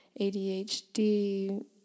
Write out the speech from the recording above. ADHD